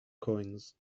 coins